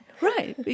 Right